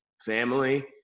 family